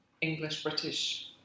English-British